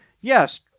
Yes